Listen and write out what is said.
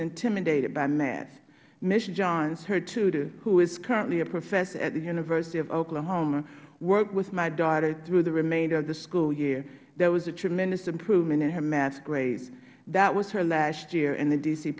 intimidated by math ms johns her tutor who is currently a professor at the university of oklahoma worked with my daughter through the remainder of the school year there was a tremendous improvement in her math grades that was her last year in the d